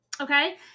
okay